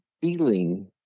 feeling